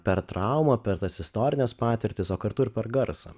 per traumą per tas istorines patirtis o kartu ir per garsą